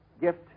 gift